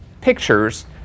pictures